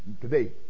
today